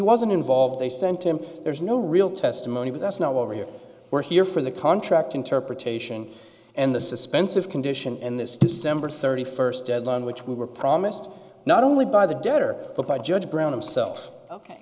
wasn't involved they sent him there's no real testimony but that's not what we're here we're here for the contract interpretation and the suspense of condition and this december thirty first deadline which we were promised not only by the debtor but by judge brown himsel